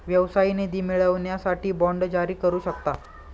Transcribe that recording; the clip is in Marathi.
व्यवसाय निधी मिळवण्यासाठी बाँड जारी करू शकता